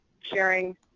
sharing